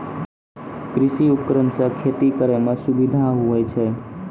कृषि उपकरण से खेती करै मे सुबिधा हुवै छै